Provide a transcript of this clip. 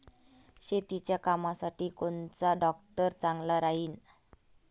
शेतीच्या कामासाठी कोनचा ट्रॅक्टर चांगला राहीन?